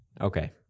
Okay